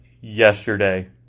yesterday